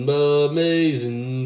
amazing